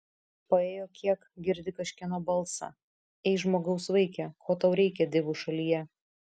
paėjo kiek girdi kažkieno balsą ei žmogaus vaike ko tau reikia divų šalyje